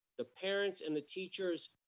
the parents and the teachers,